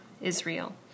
Israel